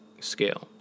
scale